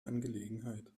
angelegenheit